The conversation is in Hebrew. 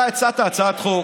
אתה הצעת הצעת חוק,